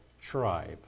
tribe